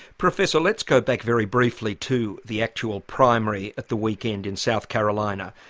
professor, let's go back very briefly to the actual primary at the weekend in south carolina.